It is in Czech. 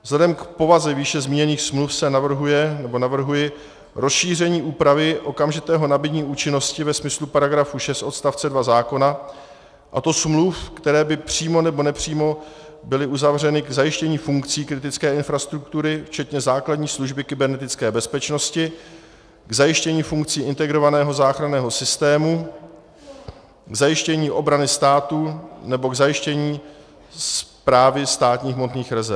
Vzhledem k povaze výše zmíněných smluv navrhuji rozšíření úpravy okamžitého nabytí účinnosti ve smyslu § 6 odst. 2 zákona, a to smluv, které by přímo nebo nepřímo byly uzavřeny k zajištění funkcí kritické infrastruktury včetně základní služby kybernetické bezpečnosti, k zajištění funkcí integrovaného záchranného systému, k zajištění obrany státu nebo k zajištění Správy státních hmotných rezerv.